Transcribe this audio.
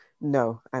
no